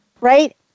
right